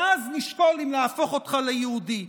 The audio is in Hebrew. ואז ישקלו אם להפוך אותך ליהודי.